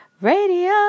radio